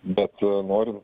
bet norint